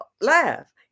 laugh